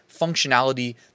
functionality